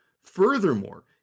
Furthermore